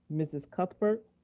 mrs. cuthbert.